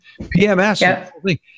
PMS